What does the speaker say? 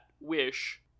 wish